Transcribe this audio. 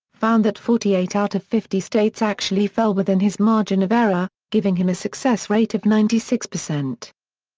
found that forty-eight out of fifty states actually fell within his margin of error, giving him a success rate of ninety six percent.